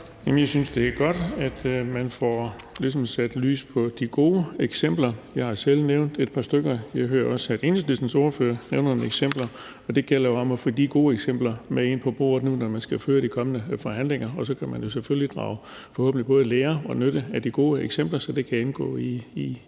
jeg synes, det er godt, at man ligesom får sat lys på de gode eksempler – jeg har selv nævnt et par stykker, og jeg hører også Enhedslistens ordfører nævne nogle eksempler. Det gælder jo om at få de gode eksempler med ind på bordet, når man skal føre de kommende forhandlinger, og så kan man forhåbentlig både lære af og drage nytte af de gode eksempler, så de kan indgå i